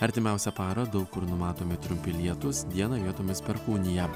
artimiausią parą daug kur numatomi trumpi lietūs dieną vietomis perkūnija